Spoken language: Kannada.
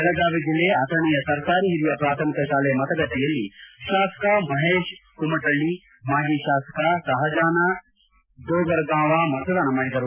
ಬೆಳಗಾವಿ ಜಿಲ್ಲೆ ಅಥಣಿಯ ಸರ್ಕಾರಿ ಹಿರಿಯ ಪ್ರಾಥಮಿಕ ಶಾಲೆ ಮತಗಟ್ಟೆಯಲ್ಲಿ ಶಾಸಕ ಮಹೇಶ್ ಕುಮಠಳ್ಳಿ ಮಾಜಿ ಶಾಸಕ ಸಹಜಾನ ಡೋಗರಗಾಂವ ಮತದಾನ ಮಾಡಿದರು